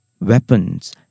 weapons